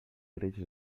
greix